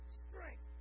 strength